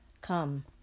Come